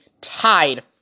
tied